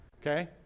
Okay